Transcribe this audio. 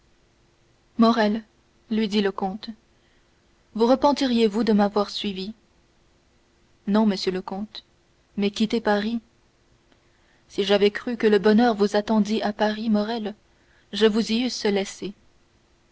morrel lui dit le comte vous repentiriez-vous de m'avoir suivi non monsieur le comte mais quitter paris si j'avais cru que le bonheur vous attendît à paris morrel je vous y eusse laissé